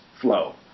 flow